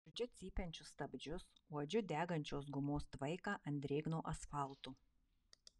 girdžiu cypiančius stabdžius uodžiu degančios gumos tvaiką ant drėgno asfalto